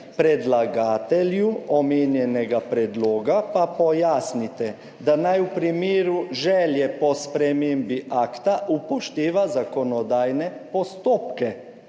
predlagatelju omenjenega predloga pa pojasnite, da naj v primeru želje po spremembi akta upošteva zakonodajne postopke,